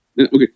okay